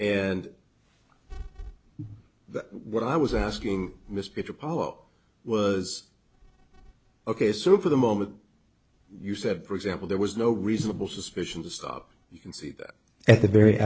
and what i was asking mr parlow was ok so for the moment you said for example there was no reasonable suspicion to stop you can see that at the very